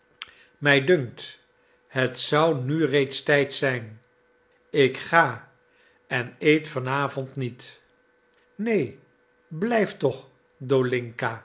mij dunkt het zou nu reeds tijd zijn ik ga en eet van avond niet neen blijf toch